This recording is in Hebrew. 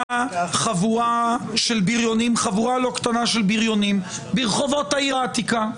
חבורה לא קטנה של בריונים ברחובות העיר העתיקה.